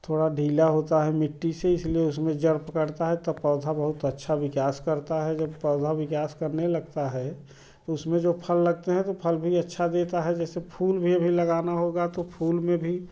थोड़ा ढीला होता है मिट्टी से इसलिए उसमें जड़ पकड़ता है तब पौधा बहुत अच्छा विकास करता है जब पौधा विकास करने लगता है तो उसमें जो फल लगते हैं तो फल भी अच्छा देता है जैसे फूल भी अभी लगाना होगा तो फूल में भी